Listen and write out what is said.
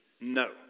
No